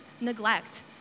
neglect